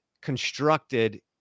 constructed